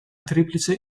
triplice